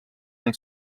ning